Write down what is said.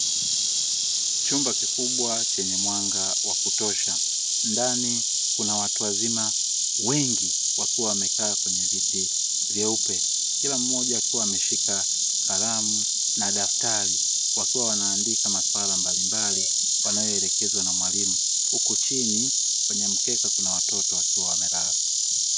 Chumba kikubwa chenye mwanga wa kutosha, ndani kuna watu wazima wengi wakiwa wamekaa kwenye viti vyeupe, kila mmoja akiwa ameshika kalamu na daftari, wakiwa wanaandika maswala mbalimbali wanayoelekezwa na mwalimu, huku chini kwenye mkeka kuna watoto wakiwa wamelala.